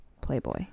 Playboy